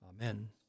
Amen